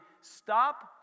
stop